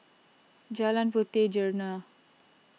Jalan Puteh Jerneh